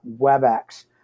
WebEx